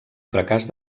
fracàs